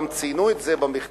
ועד ההורים גם ציין את זה במכתב,